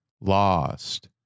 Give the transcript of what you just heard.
Lost